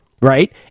right